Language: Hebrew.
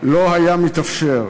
לא היה מתאפשר.